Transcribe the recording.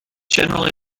generally